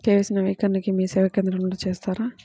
KYC నవీకరణని మీసేవా కేంద్రం లో చేస్తారా?